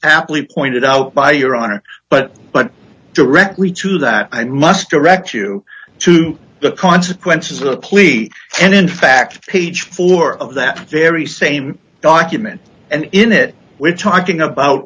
aptly pointed out by your honor but but directly to that i must direct you to the consequences of the plea and in fact page four of that very same document and in it we're talking about